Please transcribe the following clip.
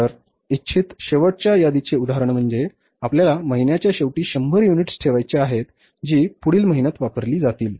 तर इच्छित शेवटच्या यादीचे उदाहरण म्हणजे आपल्याला महिन्याच्या शेवटी 100 युनिट्स ठेवायची आहेत जी पुढील महिन्यात वापरले जातील